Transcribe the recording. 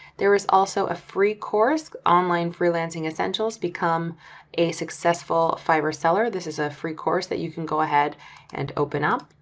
there is also a free course online freelancing essentials become a successful fiber seller, this is a free course that you can go ahead and open up.